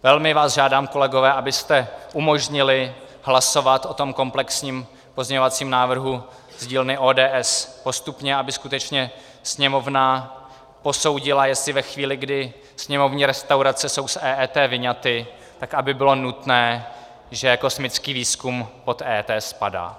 Velmi vás žádám, kolegové, abyste umožnili hlasovat o tom komplexním pozměňovacím návrhu z dílny ODS postupně, aby skutečně Sněmovna posoudila, jestli ve chvíli, kdy sněmovní restaurace jsou z EET vyňaty, tak aby bylo nutné, že kosmický výzkum pod EET spadá.